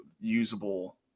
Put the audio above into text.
usable